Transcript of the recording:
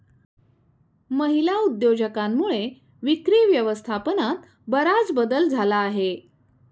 महिला उद्योजकांमुळे विक्री व्यवस्थापनात बराच बदल झाला आहे